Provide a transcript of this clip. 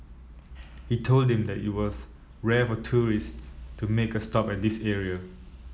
he told them that it was rare for tourists to make a stop at this area